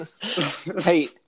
Hey